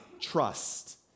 trust